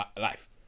life